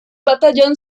batallón